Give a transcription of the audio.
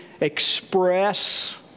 express